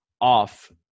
off